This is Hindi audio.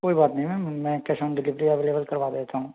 कोई बात नहीं मैम मैं कैश ऑन डिलीवरी अवेलेबल करवा देता हूँ